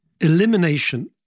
elimination